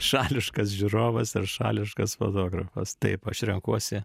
šališkas žiūrovas ir šališkas fotografas taip aš renkuosi